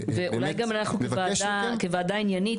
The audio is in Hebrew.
פה --- ואולי גם אנחנו כוועדה עניינית,